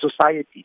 society